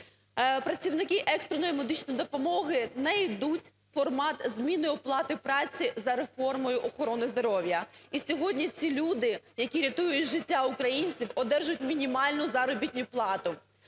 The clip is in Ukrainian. Працівники екстреної медичної допомоги знайдуть формат зміни оплати праці за реформою охорони здоров'я. І сьогодні ці люди, які рятують життя українців, одержують мінімальну заробітну плату.